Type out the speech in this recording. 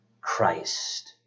Christ